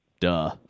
duh